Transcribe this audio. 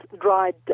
dried